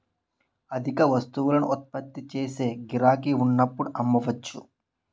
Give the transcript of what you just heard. అధిక వస్తువులను ఉత్పత్తి చేసి గిరాకీ ఉన్నప్పుడు అమ్మవచ్చు